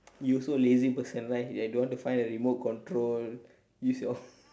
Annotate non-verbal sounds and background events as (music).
you also a lazy person right like don't want to find the remote control use your (laughs)